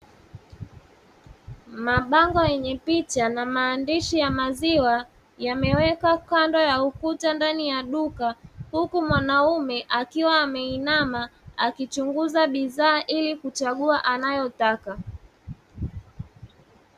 Mabango yenye picha na maandishi ya maziwa yamewekwa kando ya ukuta ndani ya duka, huku mwanaume akiwa ameinama akichunguza bidhaa ili kuchagua anayotaka.